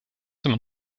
immer